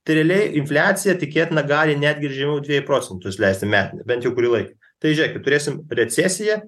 tai realiai infliacija tikėtina gali netgi ir žemiau dviejų procentų nusileisti metinių bent jau kurį laiką tai žėkit turėsim recesiją